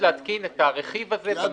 להתקין את הרכיב הזה במערכת קריאה מרחוק.